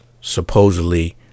supposedly